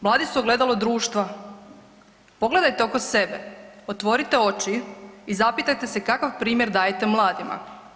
Mladi su ogledalo društva, pogledajte oko sebe, otvorite oči i zapitajte se kakav primjer dajete mladima.